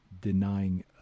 denying